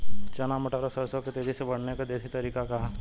चना मटर और सरसों के तेजी से बढ़ने क देशी तरीका का ह?